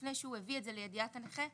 לפני שהוא הביא את זה לידיעת הנכה,